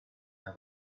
have